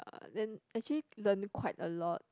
but then actually learn quite a lot